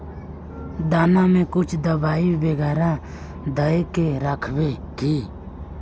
दाना में कुछ दबाई बेगरा दय के राखबे की?